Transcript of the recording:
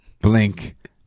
blink